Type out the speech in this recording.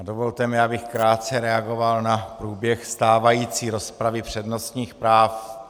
Dovolte mi, abych krátce reagoval na průběh stávající rozpravy přednostních práv.